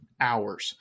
hours